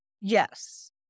Yes